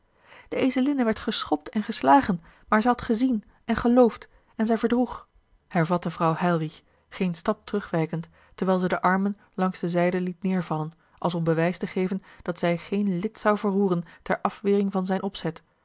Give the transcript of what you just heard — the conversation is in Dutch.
de ezelinne werd geschopt en geslagen maar zij had gezien en geloofd en zij verdroeg hervatte vrouw heilwich geen stap terugwijkend terwijl zij de armen langs de zijden liet neêrvallen als om bewijs te geven dat zij geen lid zou verroeren ter afwering van zijn opzet